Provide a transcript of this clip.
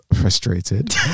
frustrated